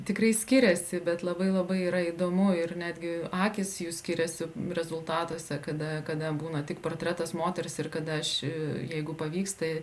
tikrai skiriasi bet labai labai yra įdomu ir netgi akys jų skiriasi rezultatuose kada kada būna tik portretas moters ir kada aš jeigu pavyksta